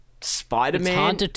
spider-man